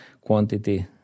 quantity